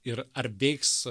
ir ar veiks